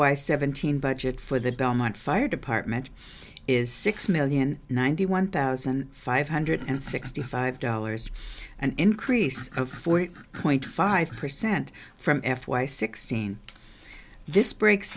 y seventeen budget for the dominant fire department is six million ninety one thousand five hundred and sixty five dollars an increase of four point five percent from f y sixteen this breaks